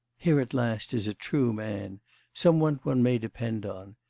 here at last is a true man some one one may depend um